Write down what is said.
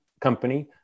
company